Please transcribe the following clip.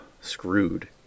screwed